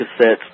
cassettes